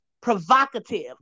provocative